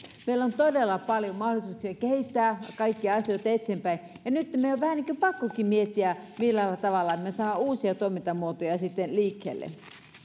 meillä on todella paljon mahdollisuuksia kehittää kaikkia asioita eteenpäin ja nyt meidän on vähän niin kuin pakkokin miettiä millä tavalla me saamme uusia toimintamuotoja sitten liikkeelle